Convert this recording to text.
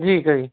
ਜੀ ਸਰ ਜੀ